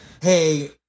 hey